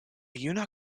juna